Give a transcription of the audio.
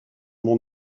mon